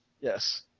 Yes